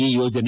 ಈ ಯೋಜನೆ